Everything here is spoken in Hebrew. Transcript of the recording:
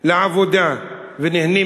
לעבודה, ונהנית